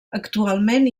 actualment